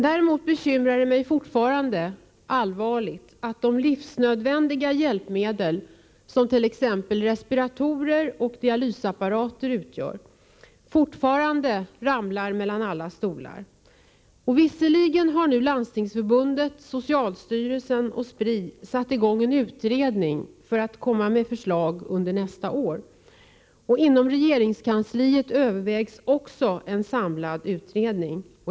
Däremot bekymrar det mig fortfarande allvarligt att de livsnödvändiga hjälpmedel som t.ex. respiratorer och dialysapparater utgör, fortfarande låt mig säga ramlar mellan alla stolar. Visserligen har nu Landstingsförbundet, socialstyrelsen och Spri satt i gång en utredning för att kunna lägga fram ett förslag under nästa år. Inom regeringskansliet övervägs också en samlad utredning.